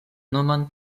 nomon